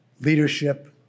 leadership